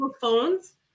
phones